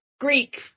Greek